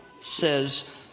says